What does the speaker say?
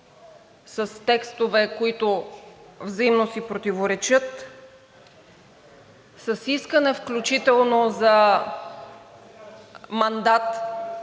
с текстове, които взаимно си противоречат, с искане включително за мандат